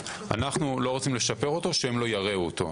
אנחנו לא רוצים לשפר אותו, שהם לא ירעו אותו.